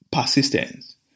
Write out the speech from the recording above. persistence